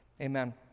Amen